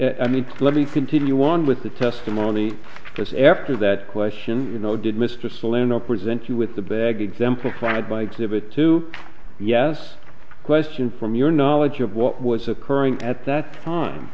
and i mean let me continue on with the testimony because after that question you know did mr solana present you with the bag exemplified by exhibit two yes question from your knowledge of what was occurring at that time